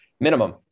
minimum